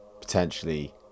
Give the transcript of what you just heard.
potentially